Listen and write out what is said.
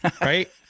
Right